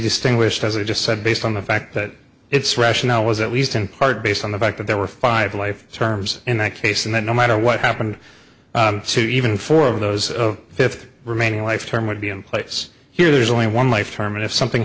distinguished as i just said based on the fact that it's rationale was at least in part based on the fact that there were five life terms in that case and that no matter what happened to even four of those of fifty remaining life term would be in place here there's only one life term and if something